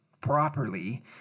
properly